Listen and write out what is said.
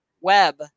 web